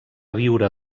viure